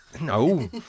no